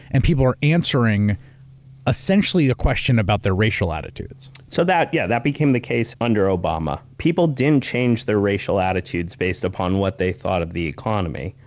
and people are answering essentially a question about their racial attitudes. so that yeah that became the case under obama. people didn't change their racial attitudes based upon what they thought of the economy,